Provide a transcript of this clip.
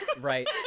right